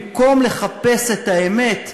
במקום לחפש את האמת,